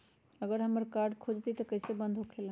अगर हमर कार्ड खो जाई त इ कईसे बंद होकेला?